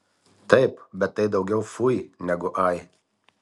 taip bet tai daugiau fui negu ai